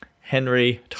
Henry